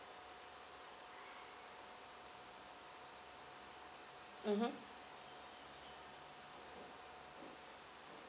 mmhmm